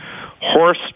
Horse